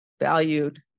valued